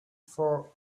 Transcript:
for